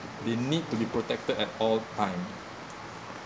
they need to be protected at all time